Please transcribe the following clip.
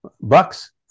bucks